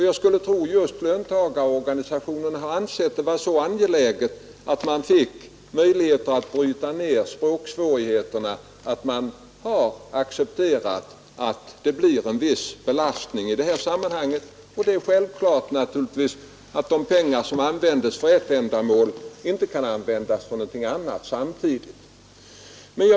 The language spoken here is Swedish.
Jag skulle tro att just löntagarorganisationerna har ansett det vara så angeläget att få möjligheter att bryta ner språksvårigheterna att de har accepterat att det blir en viss ekonomisk belastning. Och det är självklart att de pengar som används för ett ändamål inte kan användas för någonting annat samtidigt.